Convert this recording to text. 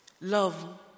Love